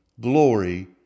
glory